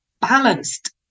balanced